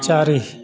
ଚାରି